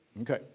Okay